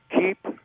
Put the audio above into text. keep